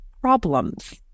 problems